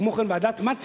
כמו כן, ועדת-מצא,